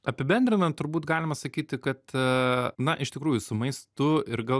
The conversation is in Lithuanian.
apibendrinant turbūt galima sakyti kad na iš tikrųjų su maistu ir gal